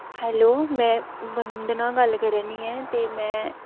hello में बंदना गल्ल करै 'रनी आं ते में